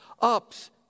Ups